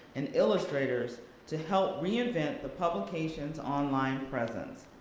and illustrators to help reinvent the publications online presence.